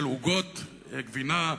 של עוגות גבינה,